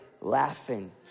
laughing